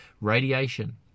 radiation